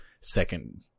second